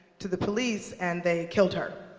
to the police, and they killed her.